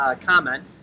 comment